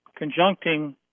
conjuncting